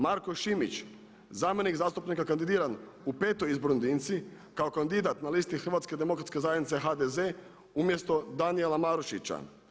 Marko Šimić zamjenik zastupnika kandidiran u petoj izbornoj jedinici kao kandidat na listi Hrvatske demokratske zajednice HDZ umjesto Danijela Marušića.